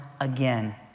again